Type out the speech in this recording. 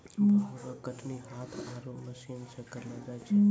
भांग रो कटनी हाथ आरु मशीन से करलो जाय छै